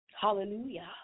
Hallelujah